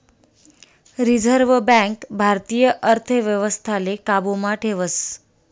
reserve bank भारतीय अर्थव्यवस्थाले काबू मा ठेवस